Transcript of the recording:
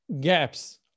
gaps